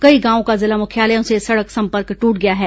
कई गांवो का जिला मुख्यालयों से सड़क संपर्क ट्रट गया है